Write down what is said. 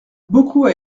beaucoup